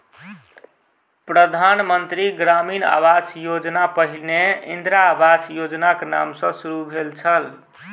प्रधान मंत्री ग्रामीण आवास योजना पहिने इंदिरा आवास योजनाक नाम सॅ शुरू भेल छल